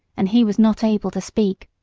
and he was not able to speak.